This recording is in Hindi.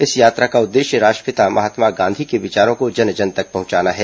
इस यात्रा का उद्देश्य राष्ट्रपिता महात्मा गांधी के विचारों को जन जन तक पहुंचाना है